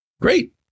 Great